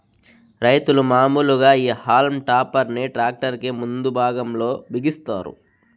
రైతులు మాములుగా ఈ హల్మ్ టాపర్ ని ట్రాక్టర్ కి ముందు భాగం లో బిగిస్తారు